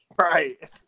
Right